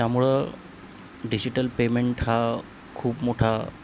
त्यामुळं digital payment हा खूप मोठा